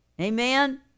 Amen